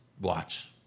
watch